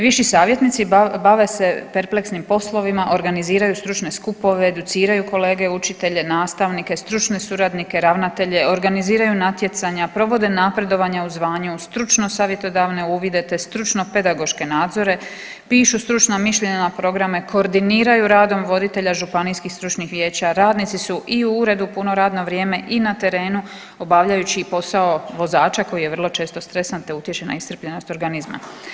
Viši savjetnici bave se perpleksnim poslovima, organiziraju stručne skupove, educiraju kolege učitelje, nastavnike, stručne suradnike, ravnatelje, organiziraju natjecanja, provode napredovanja u zvanju, stručno savjetodavne uvide, te stručno-pedagoške nadzore, pišu stručna mišljenja, programe, koordiniraju radom voditelja županijskih stručnih vijeća, radnici su i u uredu puno radno vrijeme i na terenu obavljajući i posao vozača koji je vrlo često stresan, te utječe na iscrpljenost organizma.